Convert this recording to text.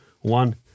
one